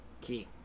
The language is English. Key